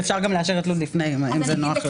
אפשר גם לאשר את לוד לפני, אם זה נוח לכם.